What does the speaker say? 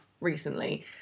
recently